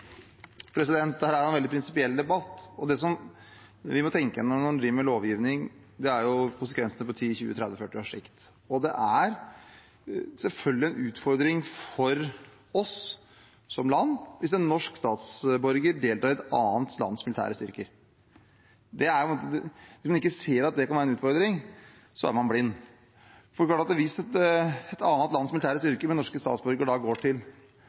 jo konsekvensene på 10, 20, 30 og 40 års sikt. Det er selvfølgelig en utfordring for oss som land hvis en norsk statsborger deltar i et annet lands militære styrker. Hvis man ikke ser at det kan være en utfordring, er man blind. Hvis et annet lands militære styrker med norske statsborgere går til